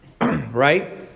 right